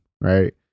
right